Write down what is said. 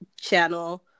channel